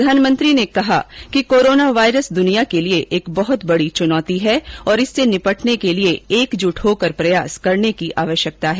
प्रधानमंत्री ने कहा है कि कोरोना वायरस दुनिया के लिए बहुत बड़ी चुनौती है और इससे निर्पटने के लिए एकजुट होकर प्रयास करने की आवश्यकता है